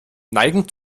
neigen